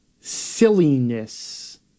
silliness